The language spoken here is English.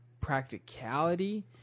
Practicality